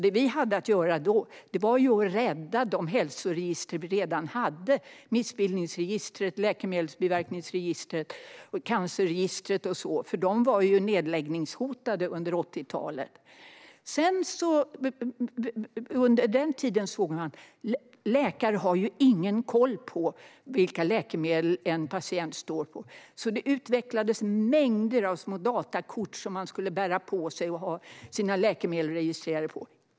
Det vi hade att göra då var att rädda de hälsoregister vi redan hade: missbildningsregistret, läkemedelsbiverkningsregistret, cancerregistret och så vidare. De var ju nedläggningshotade under 80-talet. Under den tiden såg man att läkarna inte hade någon koll på vilka läkemedel en patient står på. Det utvecklades mängder av små datakort som man skulle bära med sig och ha sina läkemedel registrerade på.